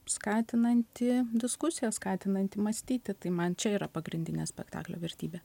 skatinantį diskusiją skatinantį mąstyti tai man čia yra pagrindinė spektaklio vertybė